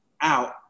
out